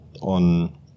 on